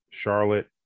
Charlotte